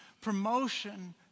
Promotion